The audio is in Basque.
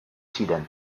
ziren